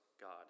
God